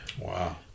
Wow